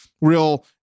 real